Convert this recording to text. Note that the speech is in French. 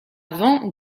vent